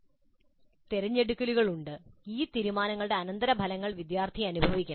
തിരഞ്ഞെടുക്കലുകളുണ്ട് ഈ തീരുമാനങ്ങളുടെ അനന്തരഫലങ്ങൾ വിദ്യാർത്ഥി അനുഭവിക്കണം